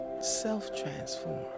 self-transform